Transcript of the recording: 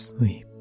Sleep